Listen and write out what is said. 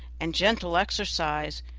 and gentle exercise,